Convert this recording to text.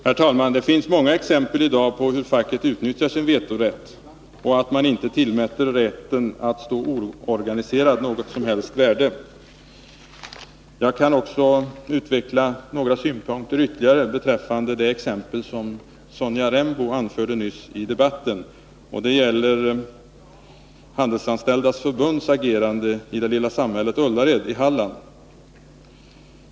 Herr talman! Det finns i dag många exempel på hur facket utnyttjar sin vetorätt och att man inte tillmäter rätten att stå oorganiserad något som helst värde. Jag kan anlägga ytterligare några synpunkter beträffande det exempel som Sonja Rembo anförde nyss i debatten. Det gäller Handelsanställdas förbunds agerande i det lilla samhället Ullared i Halland.